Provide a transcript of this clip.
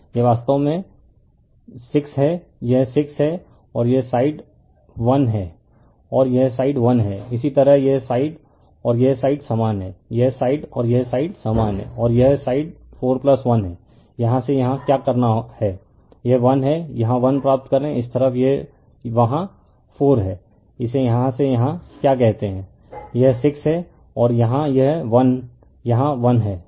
यह वास्तव में 6 है यह 6 है और यह साइड 1 है और यह साइड 1 है इसी तरह यह साइड और यह साइड समान है यह साइड और यह साइड समान है और यह साइड 41 है यहाँ से यहाँ क्या करना है यह 1 है यहाँ 1 प्राप्त करें इस तरफ यह वहाँ 4 है इसे यहाँ से यहाँ क्या कहते हैं यह 6 है और यहाँ यह 1यहाँ 1 है